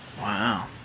wow